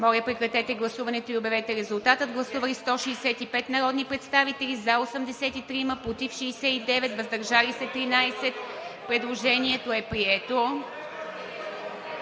Моля, прекратете гласуването и обявете резултата. Гласували 101 народни представители, за 87, против няма и въздържали се 14. Предложението е прието.